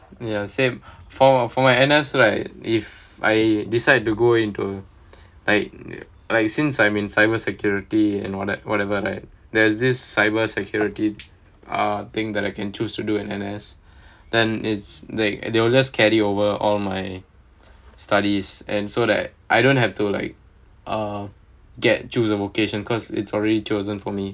ya same for for for my N_S right if I decide to go into like like since I'm in cyber security and all that whatever right there's this cyber security ah thing that I can choose to do in N_S then it's they they will just carry over all my studies and so that I don't have to like err get chose a vocation because it's already chosen for me